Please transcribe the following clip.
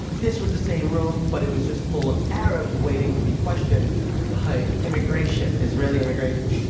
this was the same room but it was just full of arabs waiting to be questioned by immigration. israeli immigration.